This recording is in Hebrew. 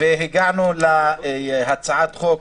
והגענו להצעת החוק,